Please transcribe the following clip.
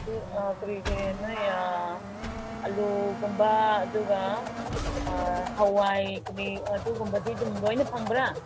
ꯑꯗꯨ ꯀꯔꯤ ꯀꯔꯤ ꯅꯣꯏ ꯑꯂꯨꯒꯨꯝꯕ ꯑꯗꯨꯒ ꯍꯋꯥꯏ ꯀꯔꯤ ꯑꯗꯨꯒꯨꯝꯕꯗꯤ ꯑꯗꯨꯝ ꯂꯣꯏꯅ ꯐꯪꯕ꯭ꯔꯥ